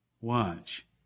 Watch